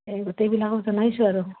এই গোটেই বিলাকক জনাইছোঁ আৰু